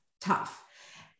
tough